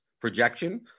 projection